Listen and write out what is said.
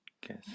guess